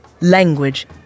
language